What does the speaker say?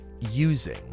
using